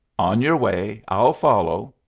on your way. i'll follow.